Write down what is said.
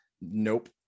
Nope